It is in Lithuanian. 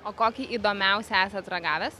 o kokį įdomiausią esat ragavęs